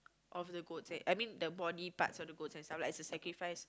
of the goats eh I mean the body parts of the goats and stuff like is a sacrifice